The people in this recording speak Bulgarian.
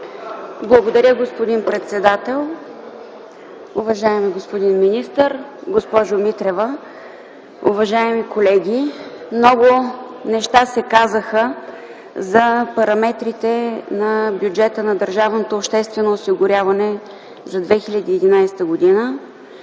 Благодаря, господин председател. Уважаеми господин министър, госпожо Митрева, уважаеми колеги! Много неща се казаха за параметрите на бюджета на Държавното обществено осигуряване за 2011 г.